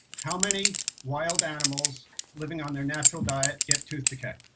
how many wild animals living on their natural diet get tooth decay?